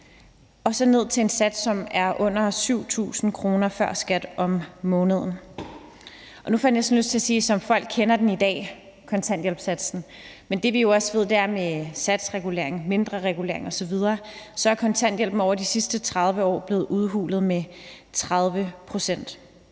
dag, ned på en sats, som er på under 7.000 kr. før skat om måneden. Nu bruger jeg formuleringen en kontanthjælpssats, som folk »kender i dag«, men det, vi jo også ved, er, at med satsregulering og mindreregulering osv. er kontanthjælpen over de sidste 30 år blevet udhulet med 30 pct.